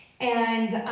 and